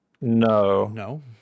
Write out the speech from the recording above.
no